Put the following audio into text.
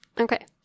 Okay